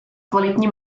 kvalitní